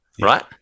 right